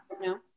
no